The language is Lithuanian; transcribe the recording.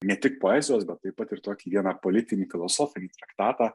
ne tik poezijos bet taip pat ir tokį vieną politinį filosofinį traktatą